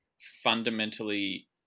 fundamentally